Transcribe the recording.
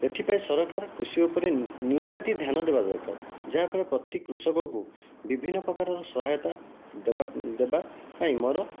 ଏଥିପାଇଁ ସରକାର କୃଷି ଉପରେ ନିହାତି ଧ୍ୟାନ ଦେବା ଦରକାର ଯାହା ଫଳରେ ପ୍ରତି କୃଷକଙ୍କୁ ବିଭିନ୍ନ ପ୍ରକାରର ସହାୟତା ଦେବା ଦେବା ପାଇଁ ମୋର